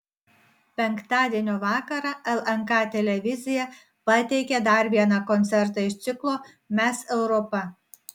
penktadienio vakarą lnk televizija pateikė dar vieną koncertą iš ciklo mes europa